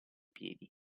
piedi